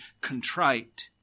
contrite